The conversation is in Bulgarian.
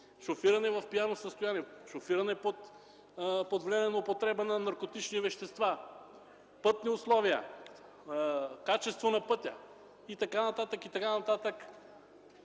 шофиране в пияно състояние, шофиране под влияние на употреба на наркотични вещества, пътни условия, качество на пътя и така нататък,